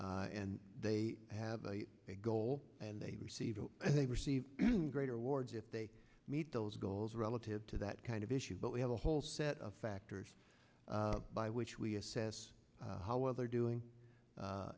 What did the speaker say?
businesses and they have a goal and they receive and they receive greater wards if they meet those goals relative to that kind of issue but we have a whole set of factors by which we assess how well they are doing